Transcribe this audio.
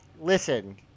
Listen